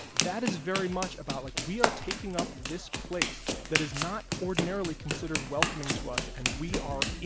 that is very much about, like, we are taking up this place that is not ordinarily considered welcoming to us, and we are